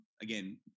again